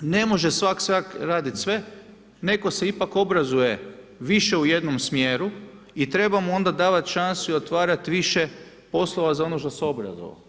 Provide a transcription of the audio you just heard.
Ne može svak radit sve, neko se ipak obrazuje više u jednom smjeru i treba mu onda davat šansu i otvarat više poslova za ono za što se obrazovao.